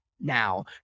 now